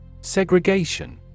Segregation